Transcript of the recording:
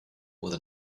with